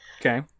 Okay